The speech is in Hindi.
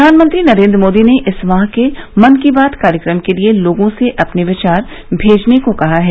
प्रधानमंत्री नरेन्द्र मोदी ने इस माह के मन की बात कार्यक्रम के लिए लोगों से अपने विचार भेजने को कहा है